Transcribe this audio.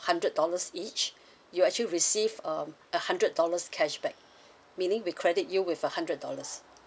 hundred dollars each you actually receive um a hundred dollars cashback meaning we credit you with a hundred dollars